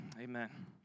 amen